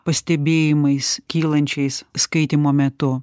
pastebėjimais kylančiais skaitymo metu